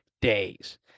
days